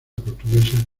portuguesa